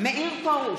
מאיר פרוש,